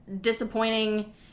Disappointing